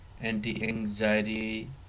anti-anxiety